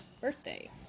birthday